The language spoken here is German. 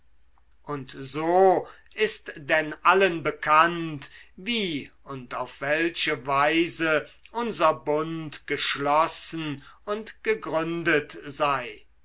und so ist denn allen bekannt wie und auf welche weise unser bund geschlossen und gegründet sei